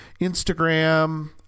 instagram